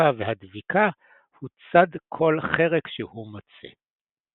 הארוכה והדביקה הוא צד כל חרק שהוא מוצא.